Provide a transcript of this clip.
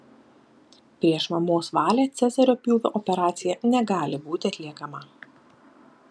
prieš mamos valią cezario pjūvio operacija negali būti atliekama